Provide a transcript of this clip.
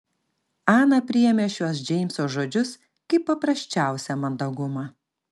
ana priėmė šiuos džeimso žodžius kaip paprasčiausią mandagumą